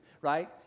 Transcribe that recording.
right